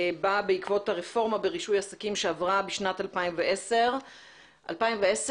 היא באה בעקבות הרפורמה ברישוי עסקים שעברה בשנת 2010. 2010,